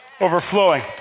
overflowing